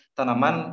Tanaman